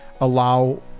allow